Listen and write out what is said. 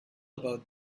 about